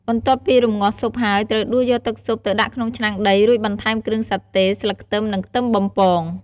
បន្ទាប់ពីរម្ងាស់ស៊ុបហើយ ត្រូវដួសយកទឹកស៊ុបទៅដាក់ក្នុងឆ្នាំងដី រួចបន្ថែមគ្រឿងសាតេ ស្លឹកខ្ទឹម និងខ្ទឹមបំពង។